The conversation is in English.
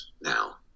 now